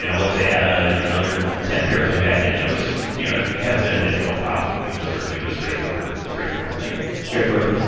and let's add ah yeah another ten pairs of backend nodes. you know it hasn't been a difficult problem. we just sort of do this straightforward straightforward thing. straightforward thing.